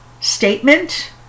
statement